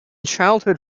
childhood